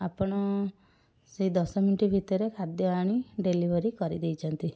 ଆପଣ ସେଇ ଦଶ ମିନିଟ୍ ଭିତରେ ଖାଦ୍ୟ ଆଣି ଡେଲିଭରି କରିଦେଇଛନ୍ତି